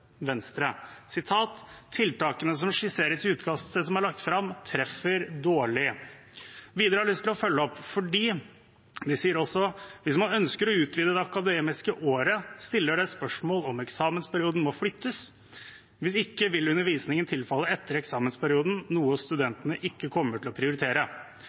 som skisseres i utkastet som er lagt fram treffer dårlig.» Videre sier de også: «Hvis man ønsker å utvide det akademiske året stiller det spørsmål om eksamensperioden må flyttes. Hvis ikke vil undervisningen tilfalle etter eksamensperioden, noe studentene ikke kommer til å prioritere.»